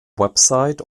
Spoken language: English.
website